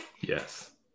yes